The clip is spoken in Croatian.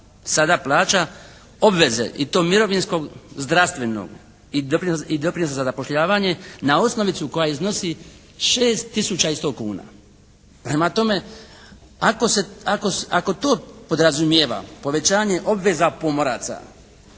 sada plaća obveze i to mirovinskom, zdravstvenom i doprinos za zapošljavanje na osnovicu koja iznosi 6 tisuća i 100 kuna. Prema tome, ako to podrazumijeva povećanje obveza pomoraca,